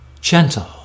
gentle